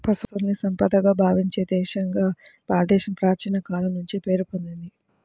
పశువుల్ని సంపదగా భావించే దేశంగా భారతదేశం ప్రాచీన కాలం నుంచే పేరు పొందింది